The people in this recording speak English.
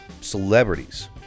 celebrities